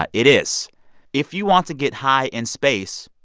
but it is if you want to get high in space,